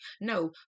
No